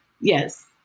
yes